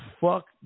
fuck